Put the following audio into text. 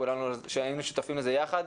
כולנו היינו שותפים לזה יחד,